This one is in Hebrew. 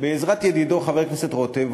בעזרת ידידו חבר הכנסת רותם,